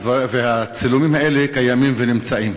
הצילומים האלה קיימים ונמצאים.